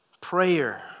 prayer